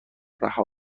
رها